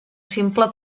simple